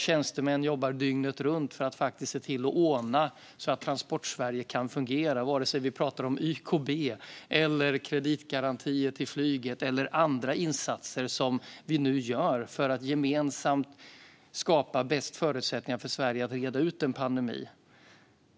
Tjänstemän jobbar dygnet runt för att se till att Transportsverige kan fungera, vare sig vi pratar om YKB, om kreditgarantier till flyget eller om andra insatser som vi nu gör för att gemensamt skapa bäst förutsättningar för Sverige att reda ut en pandemi.